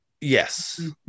Yes